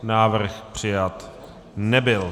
Návrh přijat nebyl.